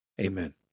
Amen